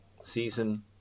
season